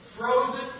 Frozen